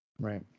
Right